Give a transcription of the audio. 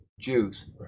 Jews